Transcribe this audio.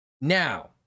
now